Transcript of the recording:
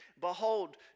behold